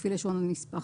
לפי לשון הנספח.